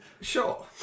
Sure